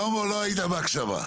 שלמה, לא היית בהקשבה.